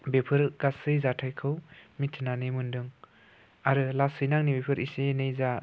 बेफोरो गासै जाथायखौ मिथिनानै मोन्दों आरो लासैनो आंनि बेफोर एसे एनै जा